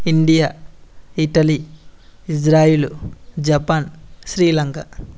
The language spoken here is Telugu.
India Italy Israel Japan Sri Lanka